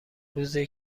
روزی